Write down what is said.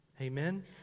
Amen